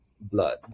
blood